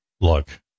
look